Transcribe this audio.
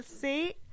see